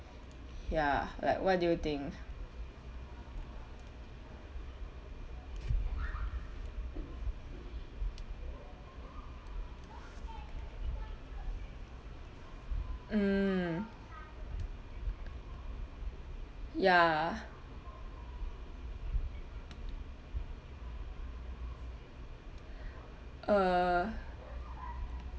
ya like what do you think mm ya uh